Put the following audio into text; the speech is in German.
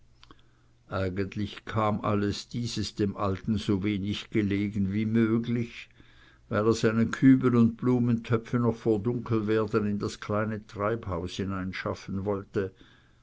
eigentlich kam alles dieses dem alten so wenig gelegen wie möglich weil er seine kübel und blumentöpfe noch vor dunkelwerden in das kleine treibhaus hineinschaffen wollte